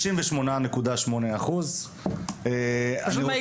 מסכים איתו ב- 98.8%. אני רק